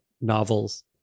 novels